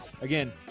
again